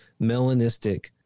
melanistic